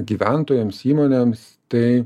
gyventojams įmonėms tai